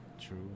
True